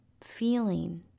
feeling